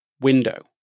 window